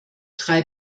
drei